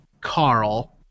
Carl